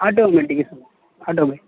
automatic sir auto